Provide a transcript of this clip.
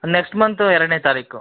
next month ಎರಡನೇ ತಾರೀಖು